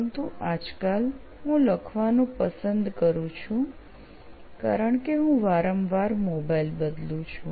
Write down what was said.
પરંતુ આજકાલ હું લખવાનું પસંદ કરું છું કારણ કે હું વારંવાર મોબાઈલ બદલું છું